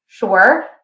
Sure